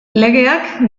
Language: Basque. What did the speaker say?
legeak